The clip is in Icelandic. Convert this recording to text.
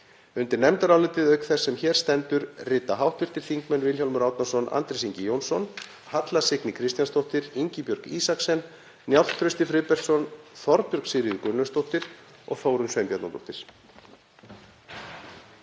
Undir nefndarálitið, auk þess sem hér stendur, rita hv. þingmenn Vilhjálmur Árnason, Andrés Ingi Jónsson, Halla Signý Kristjánsdóttir, Ingibjörg Isaksen, Njáll Trausti Friðbertsson, Þorbjörg Sigríður Gunnlaugsdóttir og Þórunn Sveinbjarnardóttir.